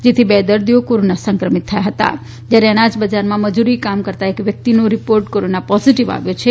જેથી બે દર્દીઓ કોરોના સંક્રમિત થયા જ્યારે અનાજ બજારમાં મજૂરી કામ કરતાં એક વ્યક્તિનો રિપોર્ટ કોરોના પોઝીટીવ આવ્યો છે